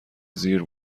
زیر